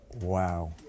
Wow